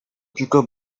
tylko